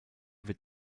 wird